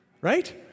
Right